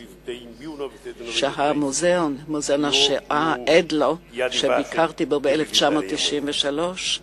שמעיד עליו מוזיאון השואה, ביקרתי בו ב-1993,